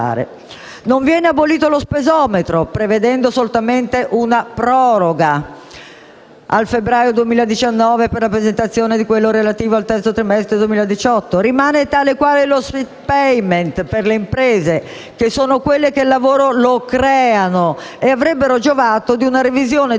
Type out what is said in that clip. Non viene abolito lo spesometro, prevedendo solamente una proroga al febbraio 2019 per la presentazione di quello relativo al terzo trimestre 2018. Rimane tale e quale lo *split payment* per le imprese, che sono quelle che il lavoro lo creano e avrebbero giovato di una revisione